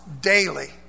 daily